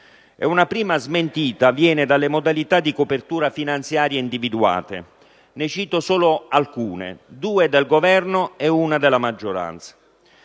Una prima smentita viene dalle modalità di copertura finanziaria individuate; ne cito solo alcune, due del Governo e una della maggioranza.